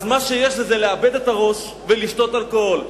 אז מה שיש זה לאבד את הראש ולשתות אלכוהול.